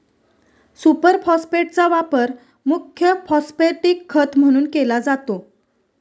super फॉस्फेटचा वापर मुख्य फॉस्फॅटिक खत म्हणून केला जातो